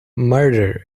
murder